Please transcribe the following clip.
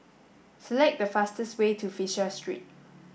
select the fastest way to Fisher Street